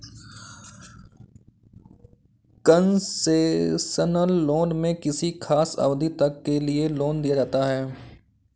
concessional loan में किसी खास अवधि तक के लिए लोन दिया जाता है